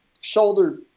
shoulder